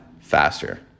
faster